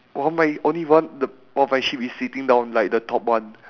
oh my only one the of my sheep is sitting down like the top one